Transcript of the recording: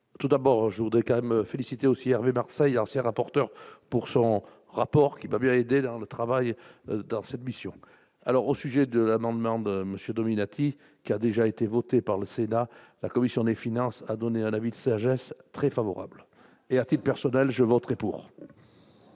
tout d'abord je voudrais quand même féliciter aussi Hervé Marseille, ancien rapporteur pour son rapport qui m'a bien aidé dans le travail, dans cette mission, alors au sujet de l'amendement de monsieur Dominati, qui a déjà été voté par le Sénat, la commission des finances, a donné un avis de Serge très favorable et antipersonnel je voterais pour.